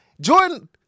Jordan